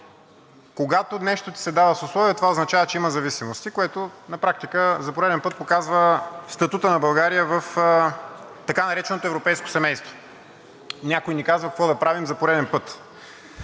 Когато нещо ти се дава с условие, това означава, че има зависимости, което на практика за пореден път показва статута на България в така нареченото европейско семейство. Някой ни казва какво да правим за пореден път.